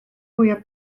mwyaf